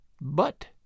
But